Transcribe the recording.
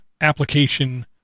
application